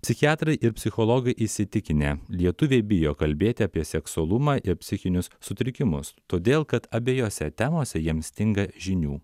psichiatrai ir psichologai įsitikinę lietuviai bijo kalbėti apie seksualumą ir psichinius sutrikimus todėl kad abiejose temose jiem stinga žinių